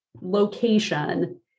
location